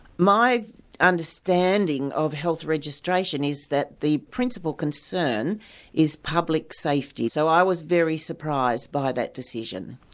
my understanding of health registration is that the principal concern is public safety, so i was very surprised by that decision.